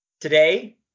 Today